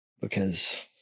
because-